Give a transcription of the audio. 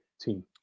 team